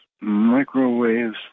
microwaves